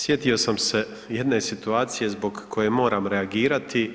Sjetio sam se jedne situacije zbog koje moram reagirati.